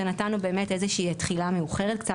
זה נתנו באמת איזשהו תחילה מאוחרת קצת